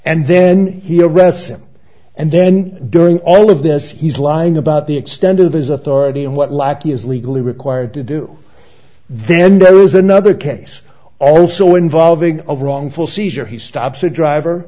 and then he arrest him and then during all of this he's lying about the extent of his authority and what lackey is legally required to do then there is another case also involving of wrongful seizure he stops a driver